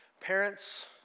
Parents